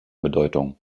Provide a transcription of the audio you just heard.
bedeutung